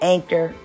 Anchor